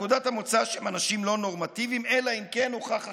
נקודת המוצא היא שהם אנשים לא נורמטיביים אלא אם כן הוכח אחרת,